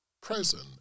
present